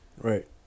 Right